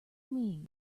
mean